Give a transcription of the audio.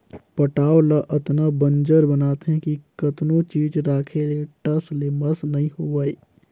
पटांव ल अतना बंजर बनाथे कि कतनो चीज राखे ले टस ले मस नइ होवय